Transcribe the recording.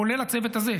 כולל הצוות הזה,